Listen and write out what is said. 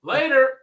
Later